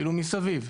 מסביב.